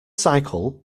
cycle